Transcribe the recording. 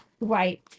right